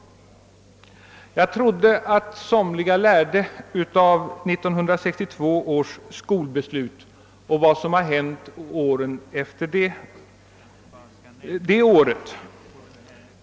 Jag trodde att Somliga hade lärt sig av 1962 års skolbeslut och vad som har hänt åren därefter.